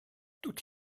toutes